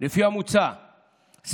לפי המוצע,